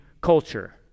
culture